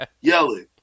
yelling